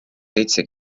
seitse